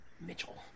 Mitchell